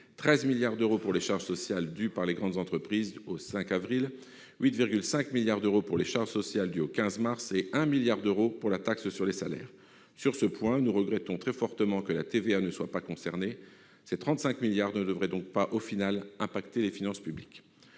13 milliards d'euros pour les charges sociales dues par les grandes entreprises au 5 avril, 8,5 milliards d'euros pour les charges sociales dues au 15 mars et 1 milliard d'euros pour la taxe sur les salaires. Sur ce point, nous regrettons très fortement que la TVA ne soit pas concernée. Ces 35 milliards ne devraient donc pas, au final, affecter les finances publiques.